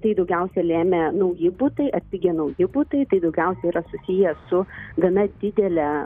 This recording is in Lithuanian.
tai daugiausia lėmė nauji butai atpigę nauji butai tai daugiausia yra susiję su gana didele